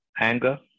anger